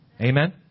Amen